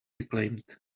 reclaimed